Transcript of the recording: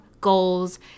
goals